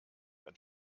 ein